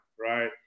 right